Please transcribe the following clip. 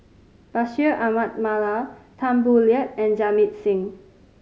Bashir Ahmad Mallal Tan Boo Liat and Jamit Singh